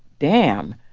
damn,